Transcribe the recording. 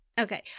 Okay